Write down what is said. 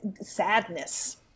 sadness